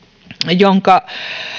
jonka